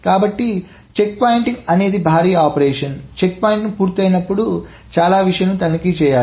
కాబట్టి చెక్పాయింటింగ్ అనేది భారీ ఆపరేషన్ చెక్పాయింటింగ్ పూర్తయినప్పుడు చాలా విషయాలను తనిఖీ చేయాలి